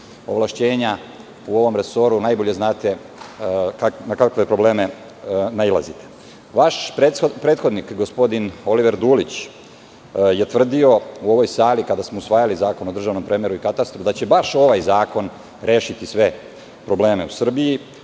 ovlašćenja u ovom resoru, najbolje znate na kakve probleme nailazite. Vaš prethodnik, gospodin Oliver Dulić, tvrdio je u ovoj sali, kada smo usvajali Zakon o državnom premeru i katastru, da će baš ovaj zakon rešiti sve probleme u Srbiji,